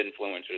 influencers